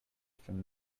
from